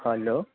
hello